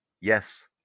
Yes